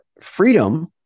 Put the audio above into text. freedom